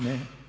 Ne?